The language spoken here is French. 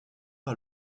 par